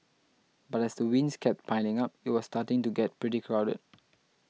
but as the wins kept piling up it was starting to get pretty crowded